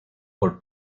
por